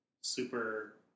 super